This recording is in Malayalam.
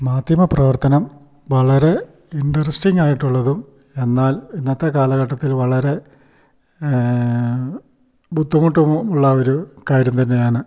മാധ്യമ പ്രവർത്തനം വളരെ ഇൻട്രസ്റ്റിംഗായിട്ട് ഉള്ളതും എന്നാൽ ഇന്നത്തെ കാലഘട്ടത്തിൽ വളരെ ബുദ്ധിമുട്ടുള്ള ഒരു കാര്യം തന്നെയാണ്